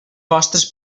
vostres